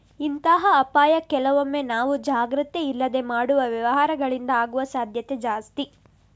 ಇಂತಹ ಅಪಾಯ ಕೆಲವೊಮ್ಮೆ ನಾವು ಜಾಗ್ರತೆ ಇಲ್ಲದೆ ಮಾಡುವ ವ್ಯವಹಾರಗಳಿಂದ ಆಗುವ ಸಾಧ್ಯತೆ ಜಾಸ್ತಿ